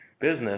business